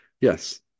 yes